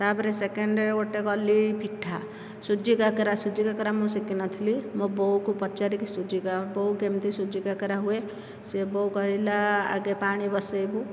ତାପରେ ସେକେଣ୍ଡରେ ଗୋଟିଏ କଲି ଗୋଟିଏ ପିଠା ସୁଜି କାକରା ସୁଜି କାକରା ମୁଁ ଶିଖି ନଥିଲି ମୋ ବୋଉକୁ ପଚାରିକି ସୁଜିକାକରା ବୋଉ କେମତି ସୁଜିକାକରା ହୁଏ ସେ ବୋଉ କହିଲା ଆଗେ ପାଣି ବସେଇବୁ